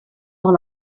dans